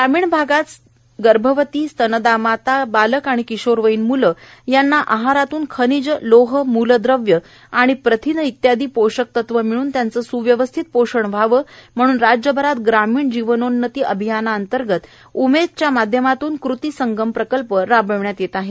ग्रामीण भागात गर्भवती स्तनदा माता बालक आणि किशोरवयीन मूले यांना आहारातून खनिज लोह मूलद्रव्ये प्रथिने इत्यादी पोषकतत्वे मिळून त्यांचे सुव्यवस्थित पोषण व्हावे म्हणून राज्यभरात ग्रामीण जीवनोन्नती अभियानाअंतर्गत उमेदच्या माध्यमातून कृती संगम प्रकल्प राबविण्यात येत आहे